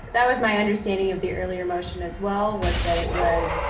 that was my understanding of the earlier motion as well, was that it was,